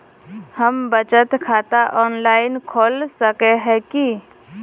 हम बचत खाता ऑनलाइन खोल सके है की?